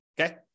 okay